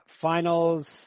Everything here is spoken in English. Finals